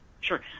sure